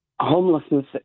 homelessness